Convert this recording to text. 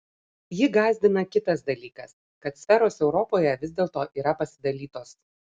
jį gąsdina kitas dalykas kad sferos europoje vis dėlto yra pasidalytos